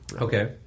okay